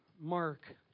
Mark